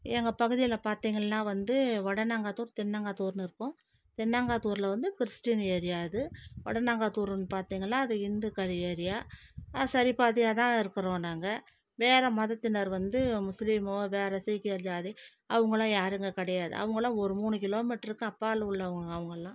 எங்கள் பகுதியில் பார்த்திங்கள்னா வந்து வடனங்காத்தூர் தென்னங்காத்தூர்னு இருக்கும் தென்னங்காத்தூரில் வந்து கிறிஸ்டின் ஏரியா இது வடனங்காத்தூர்னு பார்த்திங்களா அது இந்துக்கள் ஏரியா சரி பாதியாகதான் இருக்கிறோம் நாங்கள் வேறே மதத்தினர் வந்து முஸ்லிமோ வேற சீக்கியர் ஜாதி அவங்கள்லாம் யாரும் இங்கே கிடையாது அவங்கள்லாம் ஒரு மூணு கிலோ மீட்டர்க்கு அப்பால் உள்ளவங்க அவங்கள்லாம்